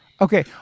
Okay